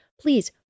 Please